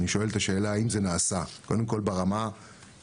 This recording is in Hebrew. אני שואל את השאלה האם זה נעשה קודם כל ברמה של